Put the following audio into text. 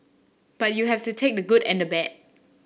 but you have to take the good and the bad